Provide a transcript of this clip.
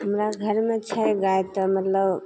हमरा घरमे छै गाय तऽ मतलब